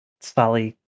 Sally